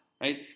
right